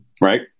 right